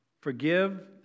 forgive